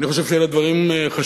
אני חושב שאלה דברים חשובים,